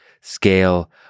scale